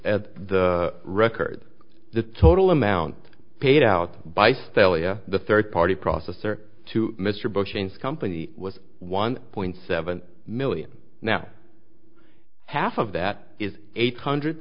at the record the total amount paid out by stella the third party processor to mr bush's company was one point seven million now half of that is eight hundred